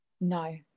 No